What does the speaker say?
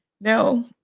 No